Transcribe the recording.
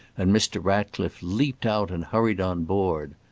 and mr. ratcliffe leaped out and hurried on board.